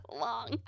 long